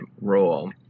role